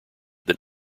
that